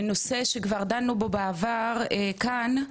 בנושא שכבר דנו בו בעבר כאן,